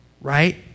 right